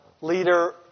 leader